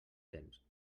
temps